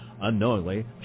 Unknowingly